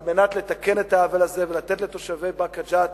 על מנת לתקן את העוול הזה ולתת לתושבי באקה ג'ת,